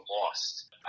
Lost